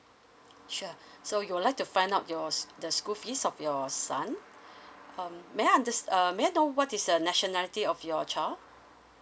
sure so you would like to find out your the school fees of your son um may I under err may I know what is the nationality of your child